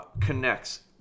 connects